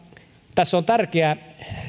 tässä budjetissa on tärkeä